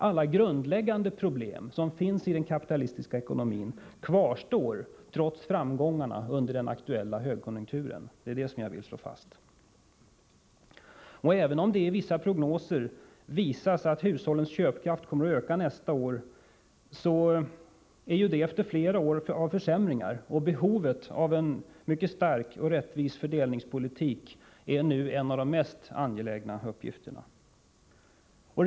Alla grundläggande problem som finns i den kapitalistiska ekonomin kvarstår trots framgångarna under den aktuella högkonjunkturen. Det är det jag vill slå fast. Och även om det i vissa prognoser visas att hushållens köpkraft kommer att öka något nästa år, är det efter flera år av försämringar, och behovet av en mycket stark och rättvis fördelningspolitik är nu ett av de behov som det är mest angeläget att tillfredsställa.